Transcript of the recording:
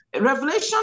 Revelation